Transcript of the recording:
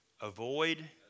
avoid